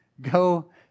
Go